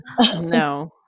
No